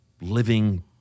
living